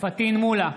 פטין מולא,